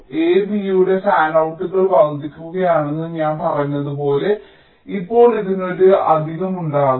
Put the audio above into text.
a b യുടെ ഫാനൌട്ടുകൾ വർദ്ധിക്കുകയാണെന്ന് ഞാൻ പറഞ്ഞതുപോലെ ഇപ്പോൾ ഇതിന് ഒരു അധികമുണ്ടാകും